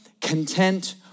content